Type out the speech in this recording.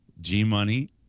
G-Money